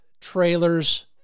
trailers